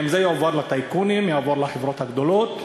האם זה יועבר לטייקונים, יעבור לחברות הגדולות,